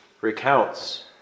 recounts